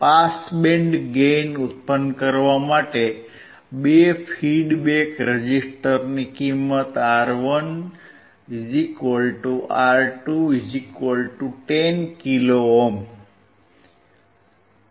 pass band gain ઉત્પન્ન કરવા માટે બે ફીડ બેક રેઝીસ્સ્ટરની કિંમત R1 R2 10kΩ